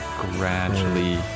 gradually